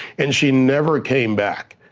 and she never came back,